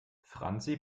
franzi